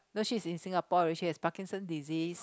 no she's in Singapore already she has Parkinson's disease